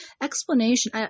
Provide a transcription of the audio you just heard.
explanation